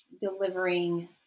delivering